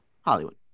Hollywood